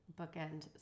bookend